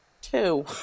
two